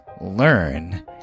learn